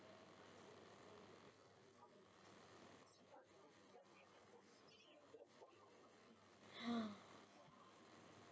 ya